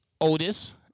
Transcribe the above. Otis